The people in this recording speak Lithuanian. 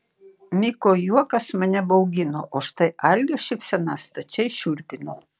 miko juokas mane baugino o štai algio šypsena stačiai šiurpino